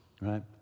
right